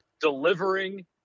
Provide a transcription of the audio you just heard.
delivering